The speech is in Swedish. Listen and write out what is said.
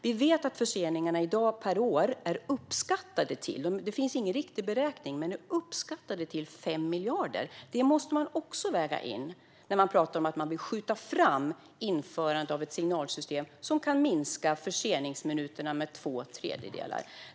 Det finns ingen riktig beräkning, men vi vet att förseningarna i dag är uppskattade till 5 miljarder per år. Det måste man också väga in när man talar om att skjuta fram införandet av ett signalsystem som kan minska förseningsminuterna med två tredjedelar.